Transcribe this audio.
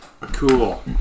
Cool